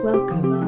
Welcome